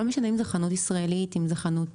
לא משנה אם זו חנות ישראלית או בינלאומית,